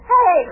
Hey